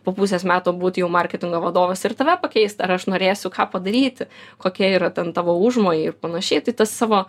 po pusės metų būt jau marketingo vadovas ir tave pakeist ar aš norėsiu ką padaryti kokie yra ten tavo užmojai ir panašiai tai tas savo